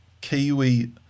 Kiwi